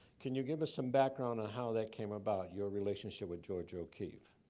can you give us some background on how that came about, your relationship with georgia o'keeffe?